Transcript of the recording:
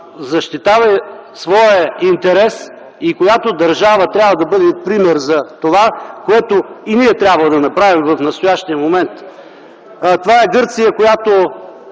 защитава своя интерес и която държава трябва да бъде пример за това, което и ние трябва да направим в настоящия момент. Това е Гърция, която